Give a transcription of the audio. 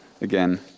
again